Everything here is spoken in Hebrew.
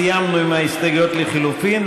סיימנו עם ההסתייגויות לחלופין.